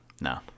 No